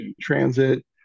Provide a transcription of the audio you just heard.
transit